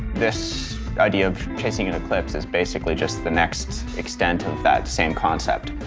this idea of chasing an eclipse is basically just the next extent of that same concept.